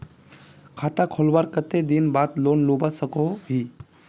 खाता खोलवार कते दिन बाद लोन लुबा सकोहो ही?